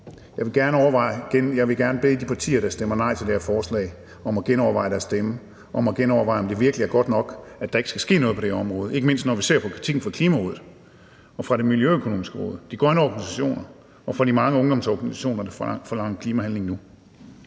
Jeg vil gerne bede de partier, der stemmer nej til det her forslag, om at genoverveje deres stemme, om at genoverveje, om det virkelig er godt nok, at der ikke skal ske noget på det her område, ikke mindst når vi ser på kritikken fra Klimarådet og fra Det Miljøøkonomiske Råd og fra de grønne organisationer og fra de mange ungdomsorganisationer, der forlanger klimahandling nu.